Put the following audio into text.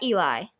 Eli